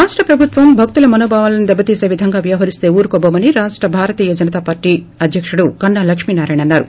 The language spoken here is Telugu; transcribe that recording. రాష్ట ప్రభుత్వం భక్తుల మనోభావాలు దెబ్బతీస విధంగా వ్యవహరిస్తే ఊరుకోబోమని రాష్ట భారతీయ జనతాపార్లీ అధ్యకుడు కన్నా లక్ష్మీనారాయణ అన్నారు